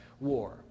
war